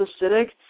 acidic